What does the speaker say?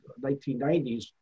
1990s